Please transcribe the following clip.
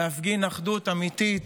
להפגין אחדות אמיתית,